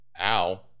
ow